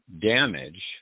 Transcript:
damage